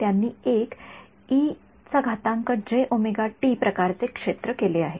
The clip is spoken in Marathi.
त्यांनी एक प्रकारचे क्षेत्र केले आहे